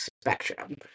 spectrum